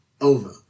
over